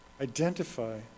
identify